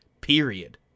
period